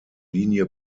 linie